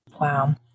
Wow